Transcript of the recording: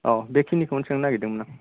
औ बेखिनिखौनो सोंनो नागिरदोंमोन आं